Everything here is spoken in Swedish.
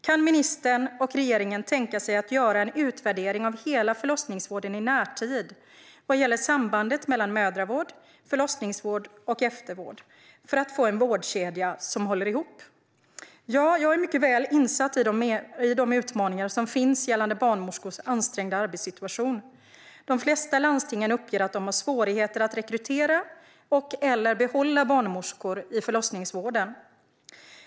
Kan ministern och regeringen tänka sig att göra en utvärdering av hela förlossningsvården i närtid vad gäller sambandet mellan mödravård, förlossningsvård och eftervård för att få en vårdkedja som håller ihop? Ja, jag är mycket väl insatt i de utmaningar som finns gällande barnmorskors ansträngda arbetssituation. De flesta landsting uppger att de har svårigheter att rekrytera eller behålla barnmorskor i förlossningsvården.